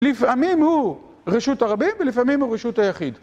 לפעמים הוא רשות הרבים, ולפעמים הוא רשות היחיד.